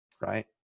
right